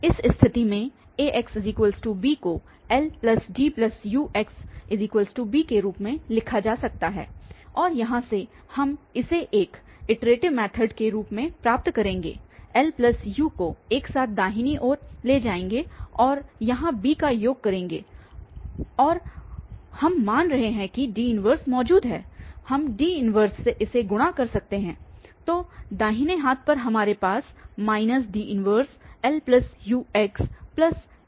इस स्थिति में Axb को LDUxb के रूप में लिखा जा सकता और यहां से हम इसे एक इटरेटिव मैथड के रूप को प्राप्त करेंगे LU को एक साथ और दाहिनी ओर ले जाएगे और यहाँ b का योग करेगें और हम मान रहे है की D 1 मौजूद है हम D 1 से इसे गुणा कर सकते हैं तो दाहिने हाथ पर हमारे पास D 1LUxD 1b है